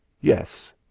Yes